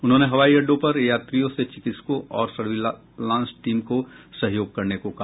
उन्होंने हवाई अड्डों पर यात्रियों से चिकित्सकों और सर्विलांस टीम को सहयोग करने को कहा